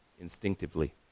instinctively